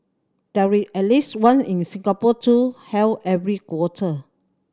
there at least one in Singapore too held every quarter